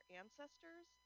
ancestors